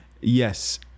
Yes